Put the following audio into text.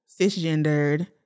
Cisgendered